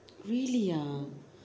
really ah